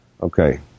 Okay